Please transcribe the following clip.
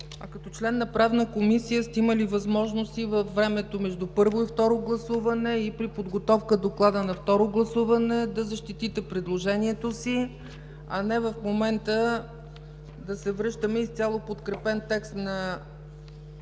Като член на Правната комисия сте имали възможност и във времето между първо и второ гласуване, и при подготовка на доклада на второ гласуване да защитите предложението си, а не в момента – да се връщаме на изцяло подкрепен текст от